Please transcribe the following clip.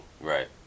Right